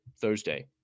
Thursday